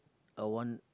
I want